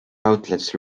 outlets